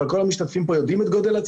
אבל כל המשתתפים פה יודעים את כל הצבא,